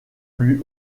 lui